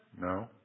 No